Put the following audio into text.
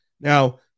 Now